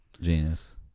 genius